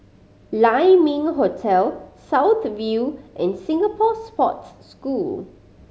Lai Ming Hotel South View and Singapore Sports School